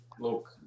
look